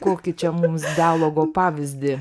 kokį čia mums pavyzdį